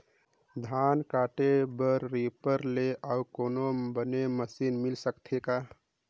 धान काटे बर रीपर ले अउ कोनो बने मशीन मिल सकथे का?